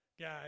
guys